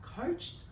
coached